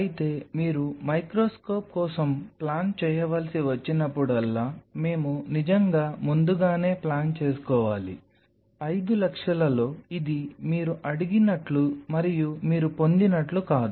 అయితే మీరు మైక్రోస్కోప్ కోసం ప్లాన్ చేయవలసి వచ్చినప్పుడల్లా మేము నిజంగా ముందుగానే ప్లాన్ చేసుకోవాలి 5 లక్షలలో ఇది మీరు అడిగినట్లు మరియు మీరు పొందినట్లు కాదు